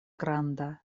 granda